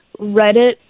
Reddit